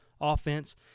offense